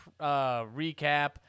recap